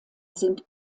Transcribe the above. sind